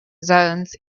zones